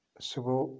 سُہ گوٚو